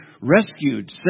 rescued